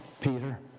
Peter